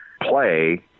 play